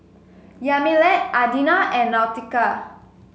Yamilet Adina and Nautica